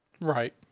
Right